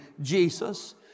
Jesus